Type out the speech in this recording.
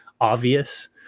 obvious